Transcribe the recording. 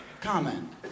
comment